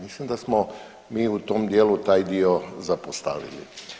Mislim da smo mi u tom dijelu taj dio zapostavili.